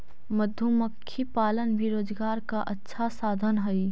मधुमक्खी पालन भी रोजगार का अच्छा साधन हई